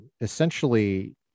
essentially